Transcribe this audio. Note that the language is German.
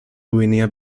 guinea